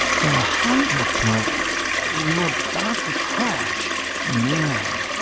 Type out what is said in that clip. the hydroplane we were about to crash man,